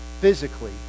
physically